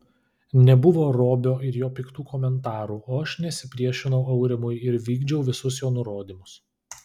nebuvo robio ir jo piktų komentarų o aš nesipriešinau aurimui ir vykdžiau visus jo nurodymus